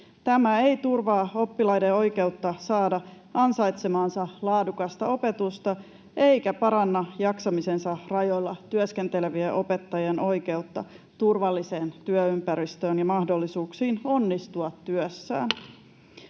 Tämä ei turvaa oppilaiden oikeutta saada ansaitsemaansa laadukasta opetusta eikä paranna jaksamisensa rajoilla työskentelevien opettajien oikeutta turvalliseen työympäristöön ja mahdollisuuksiin onnistua työssään.